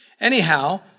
Anyhow